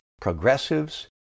progressives